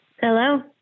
Hello